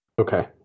Okay